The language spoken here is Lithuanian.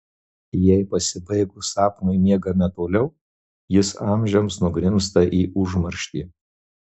jei pasibaigus sapnui miegame toliau jis amžiams nugrimzta į užmarštį